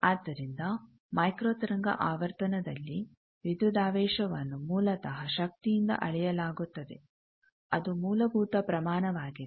ಆದ್ದರಿಂದ ಮೈಕ್ರೋ ತರಂಗ ಆವರ್ತನದಲ್ಲಿ ವಿದ್ಯುದಾವೇಶವನ್ನು ಮೂಲತಃ ಶಕ್ತಿಯಿಂದ ಅಳೆಯಲಾಗುತ್ತದೆ ಅದು ಮೂಲಭೂತ ಪ್ರಮಾಣವಾಗಿದೆ